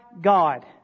God